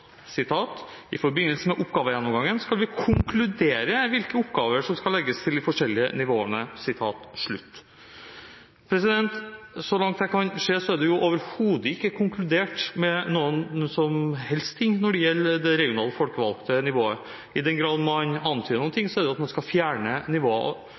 Og: «I forbindelse med oppgavegjennomgangen skal vi konkludere hvilke oppgaver som skal legges til de forskjellige nivåer.» Så langt jeg kan se, er det overhodet ikke konkludert med noe som helst når det gjelder det regionale folkevalgte nivået. I den grad man antyder noe, er det at man skal fjerne oppgaver og svekke det folkevalgte nivået.